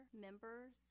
members